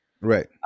right